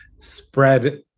spread